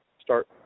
start